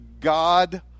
God